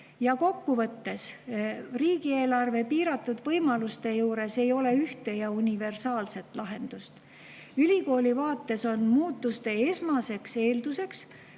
Ja kokkuvõttes, riigieelarve piiratud võimaluste juures ei ole ühte ja universaalset lahendust. Ülikooli vaates on muutuste esmaseks eelduseks